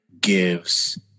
gives